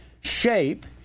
shape